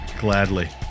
gladly